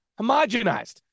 homogenized